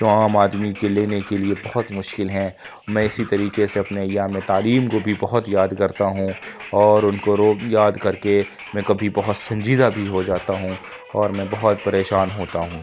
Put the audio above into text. جو عام آدمی کے لینے کے لیے بہت مشکل ہیں میں اِسی طریقے سے اپنے ایّام تعلیم کو بھی بہت یاد کرتا ہوں اور اُن کو رو یاد کرکے میں کبھی بہت سنجیدہ بھی ہو جاتا ہوں اور میں بہت پریشان ہوتا ہوں